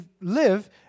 live